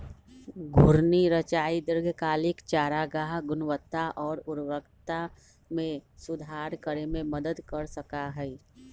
घूर्णी चराई दीर्घकालिक चारागाह गुणवत्ता और उर्वरता में सुधार करे में मदद कर सका हई